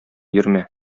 йөрмә